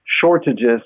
shortages